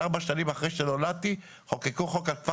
ארבע שנים אחרי שנולדתי חוקקו חוק על כפר